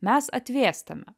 mes atvėstame